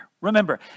Remember